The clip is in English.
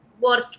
work